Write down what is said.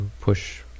push